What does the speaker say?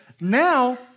now